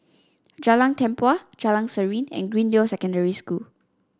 Jalan Tempua Jalan Serene and Greendale Secondary School